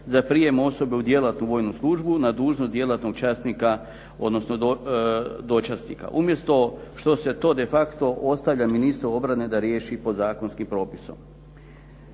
za prijem osobe u djelatnu vojnu službu na dužnost djelatnog časnika, odnosno dočasnika umjesto što se to defacto ostavlja ministru obrane da riješi podzakonskim propisom.